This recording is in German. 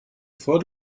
vor